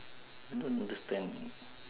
I don't understand